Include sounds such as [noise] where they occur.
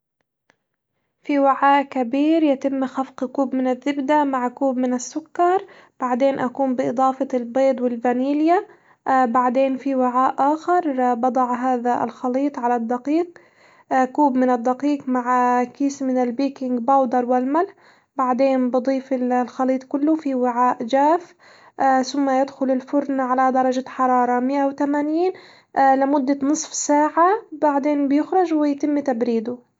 في وعاء كبير يتم خفق كوب من الزبدة مع كوب من السكر، بعدين أقوم بإضافة البيض والفانيليا [hesitation] بعدين في وعاء آخر بضع هذا الخليط على الدقيق [hesitation] كوب من الدقيق مع كيس من البيكنج باودر والملح، بعدين بضيف ال- الخليط كله في وعاء جاف [hesitation] ثم يدخل الفرن على درجة حرارة مئة وتمانين لمدة نصف ساعة بعدين بيخرج ويتم تبريده.